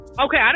Okay